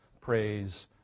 praise